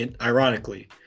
ironically